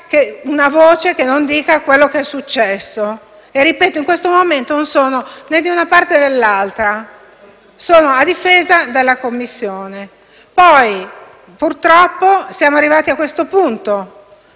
una voce che dica quello che è successo. Ripeto che in questo momento non parlo a nome né di una parte, né dell'altra, ma a difesa della Commissione. Purtroppo siamo arrivati a questo punto;